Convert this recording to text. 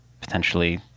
potentially